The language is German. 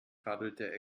radelte